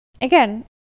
again